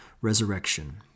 resurrection